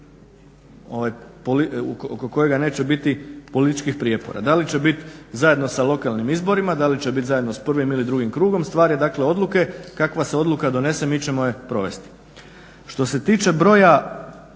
kojega neće biti političkih prijepora. Da li će biti zajedno sa lokalnim izborima, da li će bit zajedno s prvim ili drugim krugom, stvar je dakle odluke. Kakva se odluka donese mi ćemo je provesti. Što se tiče broja